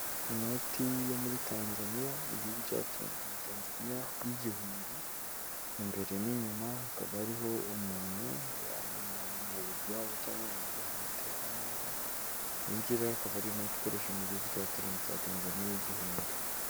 Inoti yo muri Tanzaniya ni igihugu cy'abaturanyi cya Tanzaniya y' igihumbi, imbere n'inyuma hakaba ari umuntu buriya ni umunyabigwi wabo cyangwa umuntu wakoze amateka meza, iyi ngiyi rero akaba ari inoti ikoreshwa mu gihugu cy'abaturanyi cya Tanzaniya y' igihumbi.